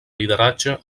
lideratge